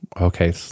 okay